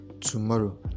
tomorrow